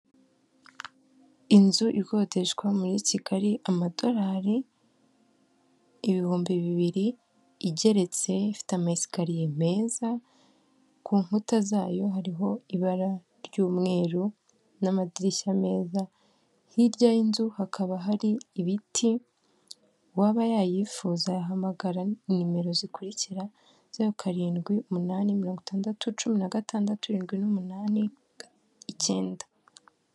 Inzu ikodeshwa muri Kigali amadorari ibihumbi bibiri, igeretse ifite ama esikariya meza, ku nkuta zayo hariho ibara ry'umweru n'amadirishya meza, hirya y'inzu hakaba hari ibiti, uwaba yayifuza yahamagara nimero zikurikira zero karindwi umunani mirongo itandatu cumi na gatandatu irindwi n'umunani icyenda.